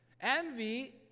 Envy